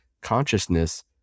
consciousness